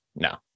No